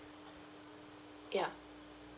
ya